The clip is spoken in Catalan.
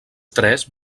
tres